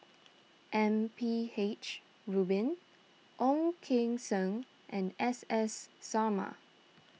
M P H Rubin Ong Keng Sen and S S Sarma